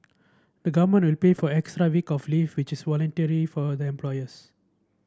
the Government will pay for extra week of leave which is voluntary for the employers